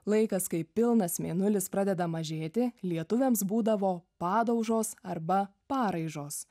laikas kai pilnas mėnulis pradeda mažėti lietuviams būdavo padaužos arba paraižos